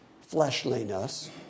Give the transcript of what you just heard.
fleshliness